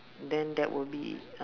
then that will be uh